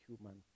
human